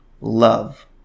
love